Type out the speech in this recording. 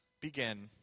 begin